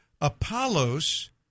Apollos